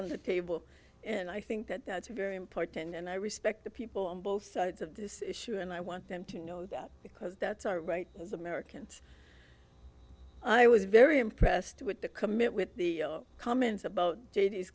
on the table and i think that that's very important and i respect the people on both sides of this issue and i want them to know that because that's our right as americans i was very impressed with the commit with the comments about